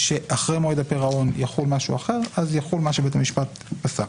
שאחרי מועד הפירעון יחול משהו אחר אז יחול מה שבית המשפט פסק.